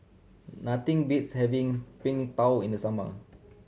nothing beats having Png Tao in the summer